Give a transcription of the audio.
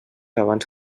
abans